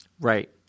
Right